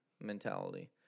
mentality